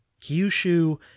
Kyushu